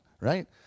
right